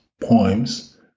poems